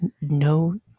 no